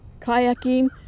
kayaking